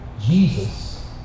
Jesus